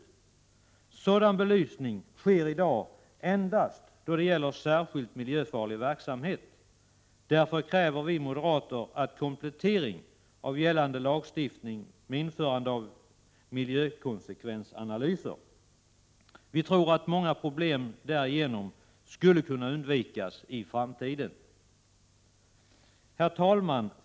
Sådan belysning sker i dag endast då det gäller särskilt miljöfarlig verksamhet. Därför kräver vi moderater en komplettering av gällande lagstiftning med införande av miljökonsekvensanalyser. Vi tror att många problem därigenom skulle kunna undvikas i framtiden. Herr talman!